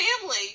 family